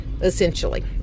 essentially